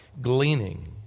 Gleaning